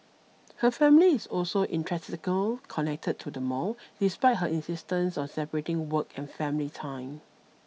her family is also intrinsically connected to the mall despite her insistence on separating work and family time